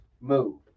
move